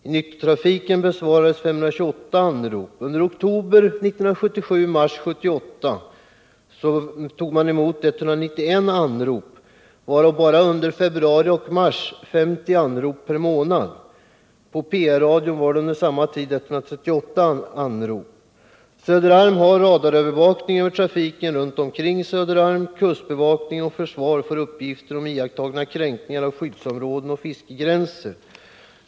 I nyttotrafiken besvarades 528 anrop. Under oktober 1977-mars 1978 tog stationen emot 191 anrop, 50 anrop per månad bara under februari-mars. På PR-radion var det under samma tid 138 anrop. Söderarm har radarövervakning över trafiken omkring Söderarm. Kustbevakning och försvar får uppgifter om iakttagna kränkningar av skyddsområden och fiskegränser.